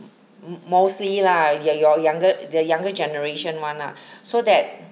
mo~ mostly lah ya your younger your younger generation [one] ah so that